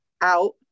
out